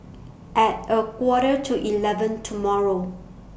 At A Quarter to eleven tomorrow